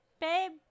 babe